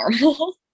normal